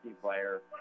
player